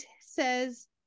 says